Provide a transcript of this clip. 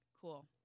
cool